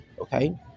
okay